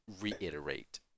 reiterate